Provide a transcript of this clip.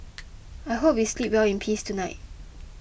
I hope we sleep well in peace tonight